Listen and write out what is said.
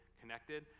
connected